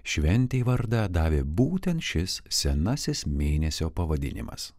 šventei vardą davė būtent šis senasis mėnesio pavadinimas